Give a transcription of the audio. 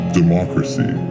democracy